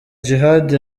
djihad